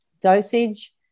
dosage